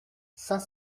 saint